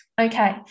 Okay